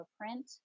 print